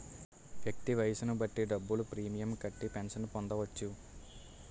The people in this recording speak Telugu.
వ్యక్తి వయస్సును బట్టి డబ్బులు ప్రీమియం కట్టి పెన్షన్ పొందవచ్చు